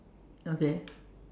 okay